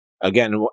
Again